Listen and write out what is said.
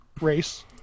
race